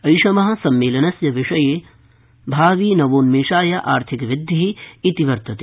ऐषम सम्मेलनस्य विषयो भावि नवोन्मेषाय आर्थिकवृद्धि वर्तते